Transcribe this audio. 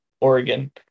Oregon